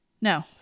No